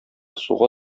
суга